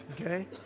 Okay